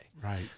Right